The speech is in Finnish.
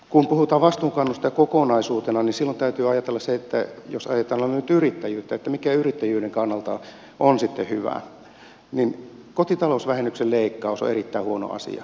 kun puhutaan vastuunkannosta kokonaisuutena niin silloin täytyy ajatella jos ajatellaan nyt yrittäjyyttä että mikä yrittäjyyden kannalta on sitten hyvää niin kotitalousvähennyksen leikkaus jonka hallitus toteutti on erittäin huono asia